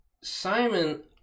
Simon